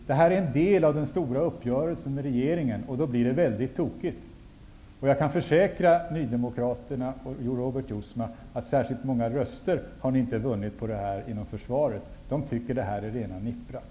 Detta är en del av den stora uppgörelsen med regeringen, och då blir det väldigt tokigt. Jag kan försäkra Nydemokraterna och Robert Jousma att ni inte har vunnit särskilt många röster inom försvaret genom detta. De tycker att det är rena nippran.